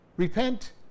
Repent